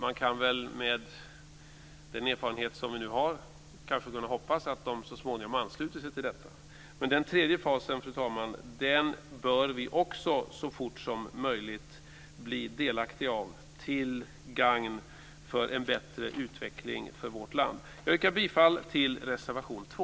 Vi kan kanske med den erfarenhet som vi nu har hoppas att de så småningom ansluter sig till dem. Fru talman! Vi bör så fort som möjligt bli delaktiga också av det tredje steget, till gagn för en bättre utveckling för vårt land. Jag yrkar bifall till reservation 2.